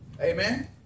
Amen